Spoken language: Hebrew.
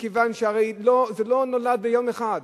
מכיוון שהרי זה לא נולד ביום אחד.